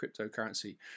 cryptocurrency